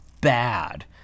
bad